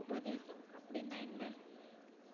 உபதேசம் அப்படின்னா என்ன